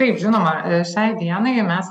taip žinoma šiai dienai mes